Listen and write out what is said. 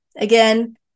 Again